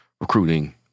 recruiting